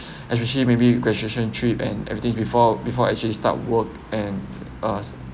especially maybe graduation trip and everything before before actually start work and us